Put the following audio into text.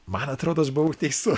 man atrodo aš buvau teisus